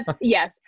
Yes